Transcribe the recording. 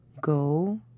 go